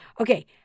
Okay